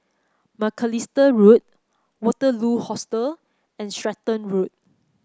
Macalister Road Waterloo Hostel and Stratton Road